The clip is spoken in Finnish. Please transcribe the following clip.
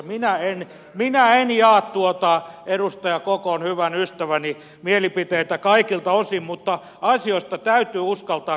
minä en jaa edustaja kokon hyvän ystäväni mielipiteitä kaikilta osin mutta asioista täytyy uskaltaa keskustella